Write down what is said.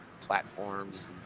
platforms